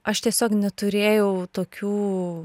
aš tiesiog neturėjau tokių